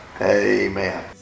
amen